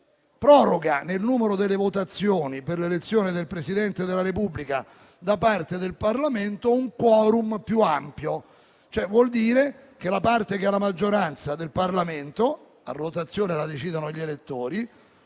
proroga, nel numero delle votazioni per l'elezione del Presidente della Repubblica da parte del Parlamento, un *quorum* più ampio. Vuol dire che la parte politica che ha la maggioranza del Parlamento, che a rotazione decidono gli elettori,